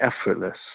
effortless